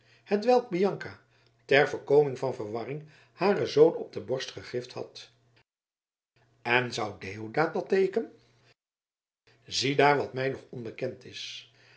hetwelk bianca ter voorkoming van verwarring haren zoon op de borst gegrift had en zou deodaat dat teeken ziedaar wat mij nog onbekend is